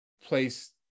place